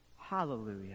Hallelujah